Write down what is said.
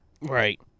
right